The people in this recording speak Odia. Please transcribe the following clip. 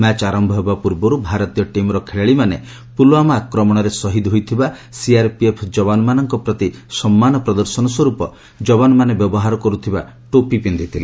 ମ୍ୟାଚ ଆରମ୍ଭ ହେବା ପୂର୍ବରୁ ଭାରତୀୟ ଟିମ୍ର ଖେଳାଳୀମାନେ ପୁଲ୍ୱାମା ଆକ୍ରମଣରେ ଶହୀଦ ହୋଇଥିବା ସିଆରପିଏଫ ଯବାନମାନଙ୍କ ପ୍ରତି ସମ୍ମାନ ପ୍ରଦର୍ଶନ ସ୍ୱରୂପ ଯବାନମାନେ ବ୍ୟବହାର କରୁଥିବା ଟୋପି ପିନ୍ଧିଥିଲେ